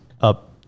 up